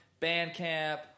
Bandcamp